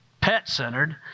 pet-centered